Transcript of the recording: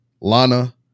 Lana